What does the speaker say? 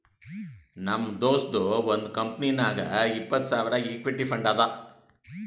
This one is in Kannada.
ನಮ್ ದೋಸ್ತದು ಒಂದ್ ಕಂಪನಿನಾಗ್ ಇಪ್ಪತ್ತ್ ಸಾವಿರ್ ಇಕ್ವಿಟಿ ಫಂಡ್ ಅದಾ